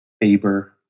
Faber